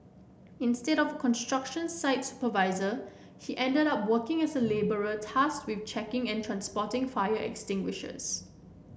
instead of a construction site supervisor he ended up working as a labourer tasked with checking and transporting fire extinguishers